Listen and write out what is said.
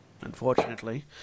unfortunately